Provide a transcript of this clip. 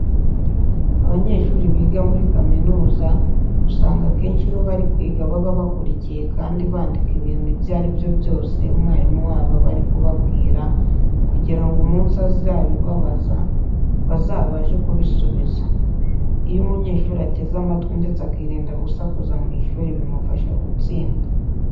Abanyeshuri biga muri kaminuza usanga akenshi iyo bari kwiga baba bakurikiye kandi bandika ibintu ibyo ari byo byose umwarimu wabo aba ari kubabwira kugira ngo umunsi azabibabaza bazabashe kubisubiza. Iyo umunyeshuri ateze amatwi ndetse akirinda gusakuza mu ishuri bimufasha gutsinda.